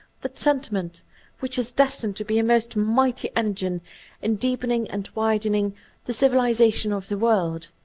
that sentiment which is destined to be a most mighty engine in deepening and widen ing the civilization of the world.